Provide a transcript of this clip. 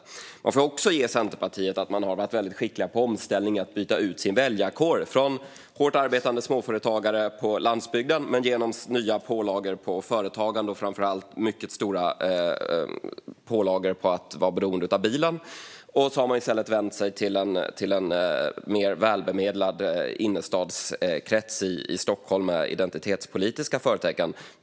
Man får också ge Centerpartiet att de har varit väldigt skickliga på omställning när det gäller att byta ut sin väljarkår. Från att ha vänt sig till hårt arbetande småföretagare på landsbygden har Centerpartiet genom nya pålagor på företagande och framför allt mycket stora pålagor på att vara beroende av bilen i stället vänt sig till en mer välbemedlad innerstadskrets i Stockholm med identitetspolitiska förtecken.